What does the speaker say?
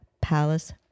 Palace